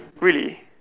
really